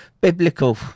biblical